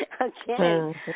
Okay